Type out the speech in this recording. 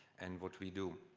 and what we do.